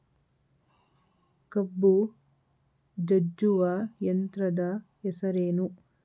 ಕಬ್ಬು ಜಜ್ಜುವ ಯಂತ್ರದ ಹೆಸರೇನು?